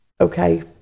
Okay